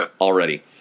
already